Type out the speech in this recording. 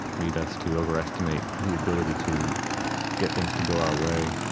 lead us to overestimate the ability to get things to go our way,